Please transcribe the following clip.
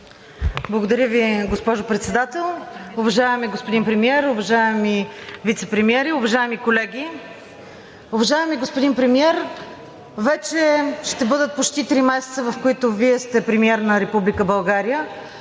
Благодаря Ви, госпожо Председател. Уважаеми господин Премиер, уважаеми вицепремиери, уважаеми колеги! Уважаеми господин Премиер, вече ще бъдат почти три месеца, в които Вие сте премиер на Република България.